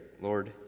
Lord